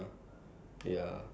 this one so far eh